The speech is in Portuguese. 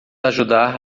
ajudar